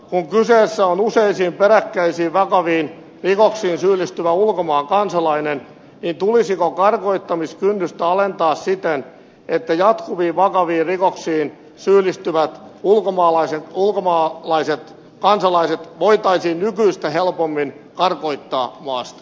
kun kyseessä on useisiin peräkkäisiin vakaviin rikoksiin syyllistyvä ulkomaan kansalainen niin tulisiko karkottamiskynnystä alentaa siten että jatkuviin vakaviin rikoksiin syyllistyvät ulkomaalaiset kansalaiset voitaisiin nykyistä helpommin karkottaa maasta